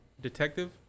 detective